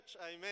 amen